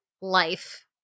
life